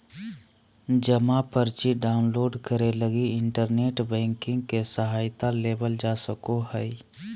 जमा पर्ची डाउनलोड करे लगी इन्टरनेट बैंकिंग के सहायता लेवल जा सको हइ